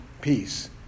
peace